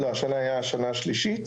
השנה היה השנה השלישית,